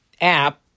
app